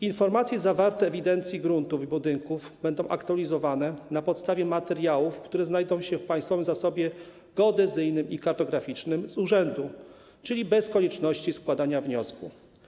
Informacje zawarte w ewidencji gruntów i budynków będą aktualizowane na podstawie materiałów, które znajdą się w państwowym zasobie geodezyjnym i kartograficznym z urzędu, czyli bez konieczności składania wniosku.